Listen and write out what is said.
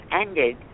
ended